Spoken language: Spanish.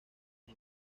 las